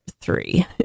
three